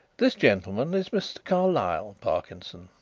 this gentleman is mr. carlyle, parkinson,